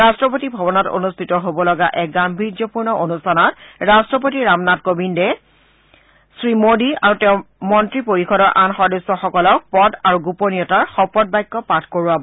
ৰাট্টপতি ভৱনত অনুষ্ঠিত হ'ব লগা এক গান্তীৰ্যপূৰ্ণ অনুষ্ঠানত ৰাষ্ট্ৰপতি ৰামনাথ কবিন্দে শ্ৰীমোডী আৰু তেওঁৰ মন্ত্ৰী পৰিষদৰ আন সদস্যসকলক পদ আৰু গোপনীয়তাৰ শপত বাক্য পাঠ কৰোৱাব